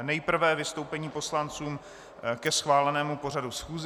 Nejprve vystoupení poslanců ke schválenému pořadu schůze.